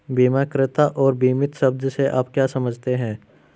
बीमाकर्ता और बीमित शब्द से आप क्या समझते हैं?